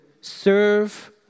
serve